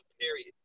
period